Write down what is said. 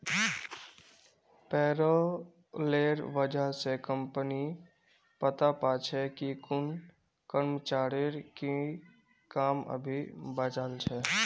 पेरोलेर वजह स कम्पनी पता पा छे कि कुन कर्मचारीर की काम अभी बचाल छ